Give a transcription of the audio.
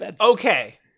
Okay